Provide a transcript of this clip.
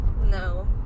No